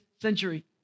century